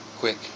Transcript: quick